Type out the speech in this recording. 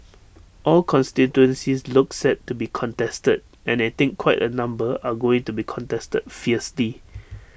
all constituencies look set to be contested and I think quite A number are going to be contested fiercely